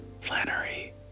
Flannery